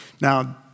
Now